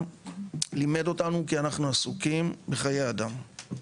לימד אותנו כי אנחנו עוסקים בחיי אדם.